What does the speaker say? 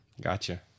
Gotcha